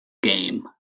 game